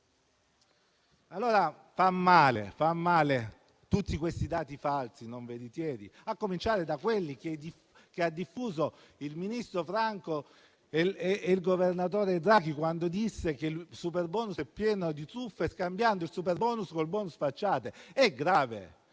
Fanno male tutti questi dati falsi e non veritieri, a cominciare da quelli che hanno diffuso il ministro Franco e il governatore Draghi, come l'affermazione che il superbonus era pieno di truffe, scambiando il superbonus con il *bonus* facciate. È grave.